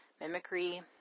Mimicry